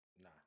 nah